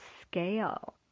scale